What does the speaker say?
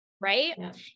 Right